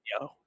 yo